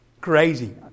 crazy